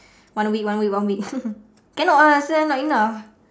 one week one week one week cannot ah [sial] not enough